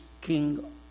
king